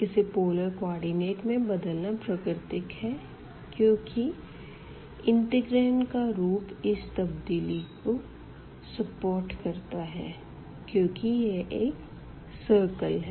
इसे polar coordinate में बदलना प्राकृतिक है क्यूँकि इंटिग्रांड का फ़ॉर्म इस तब्दीली को सपोर्ट करता है क्यूँकि यह एक सिरकल है